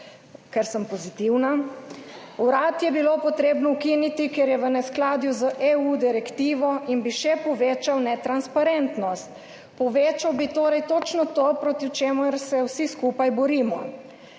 ker sem pozitivna – urad je bilo potrebno ukiniti, ker je v neskladju z direktivo EU in bi še povečal netransparentnost. Povečal bi torej točno to, proti čemur se vsi skupaj borimo.